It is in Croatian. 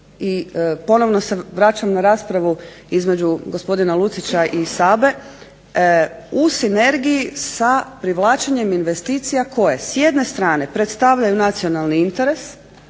i ponovno se vraćam na raspravu između gospodina Lucića i Sabe, u sinergiji sa privlačenjem investicija koje s jedne strane predstavljaju nacionalni interes,